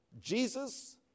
Jesus